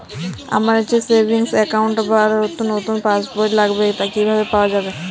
আমার savings account র নতুন পাসবই লাগবে কিভাবে পাওয়া যাবে?